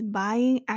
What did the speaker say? buying